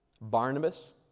Barnabas